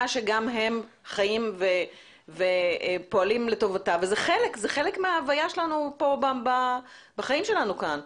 שגם הם חיים ופועלים לטובתה וזה חלק מההוויה שלנו פה בחיים שלנו כאן.